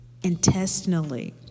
intestinally